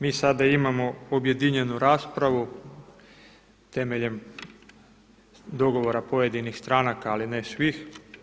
Mi sada imamo objedinjenu raspravu temeljem dogovora pojedinih stranaka, ali ne svih.